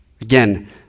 again